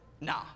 Nah